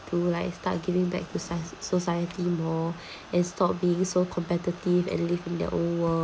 to like start giving back to socie~ society more and stop being so competitive and live in their own world